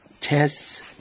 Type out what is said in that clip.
tests